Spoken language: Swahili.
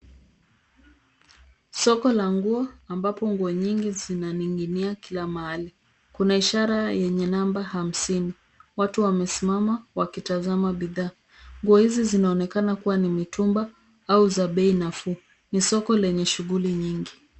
Soko la nguo ambapo nguo nyingi zinaninginya kila mahali. Kuna ishara yenye namba hamsini. Watu wamesimama wakitazama bidhaa. Nguo hizi zinaonekana kuwa ni mitumba au za bei nafuu. Ni soko lenye shughuli nyingi.